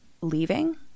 leaving